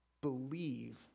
Believe